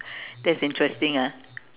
that's interesting ah